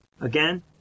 again